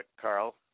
Carl